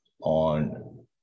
on